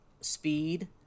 speed